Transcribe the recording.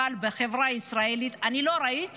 אבל בחברה הישראלית, אני לא ראיתי